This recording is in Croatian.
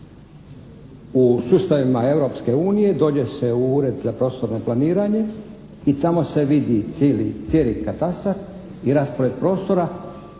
unije dođe se u ured za prostorno planiranje i tamo se vidi cijeli katastar i raspored prostora,